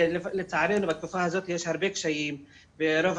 ולצערנו בתקופה הזאת יש קשיים רבים ורוב